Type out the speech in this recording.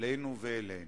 עלינו ואלינו.